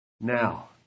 Now